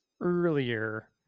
earlier